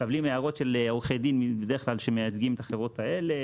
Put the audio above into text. מקבלים הערות של עורכי דין שבדרך כלל מייצגים את החברות האלה,